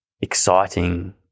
exciting